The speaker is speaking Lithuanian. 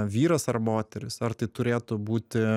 vyras ar moteris ar tai turėtų būti